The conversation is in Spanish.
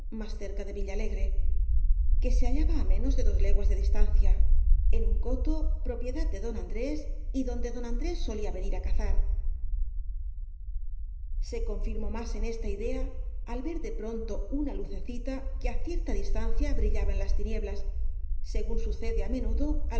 más cerca de villalegre que se hallaba á menos de dos leguas de distancia en un coto propiedad de don andrés y donde don andrés solía venir á cazar se confirmó más en esta idea al ver de pronto una lucecita que á cierta distancia brillaba en las tinieblas según sucede á menudo á